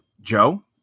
Joe